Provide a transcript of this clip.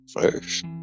first